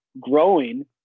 growing